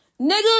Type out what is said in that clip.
nigga